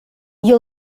you